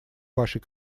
вашей